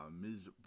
ms